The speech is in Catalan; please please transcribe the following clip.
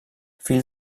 fill